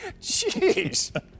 jeez